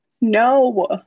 No